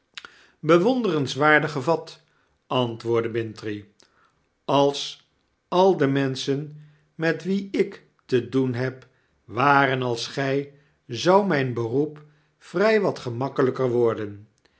bewonderenswaardig gevat antwoordde bintrey als al de menschen met wie ik te doen heb waren als gjj zou mp beroep vrij wat gemakkelper worden